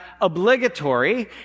obligatory